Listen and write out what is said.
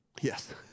yes